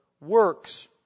works